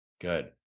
Good